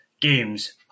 games